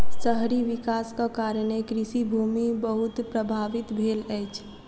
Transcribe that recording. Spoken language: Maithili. शहरी विकासक कारणें कृषि भूमि बहुत प्रभावित भेल अछि